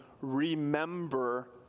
remember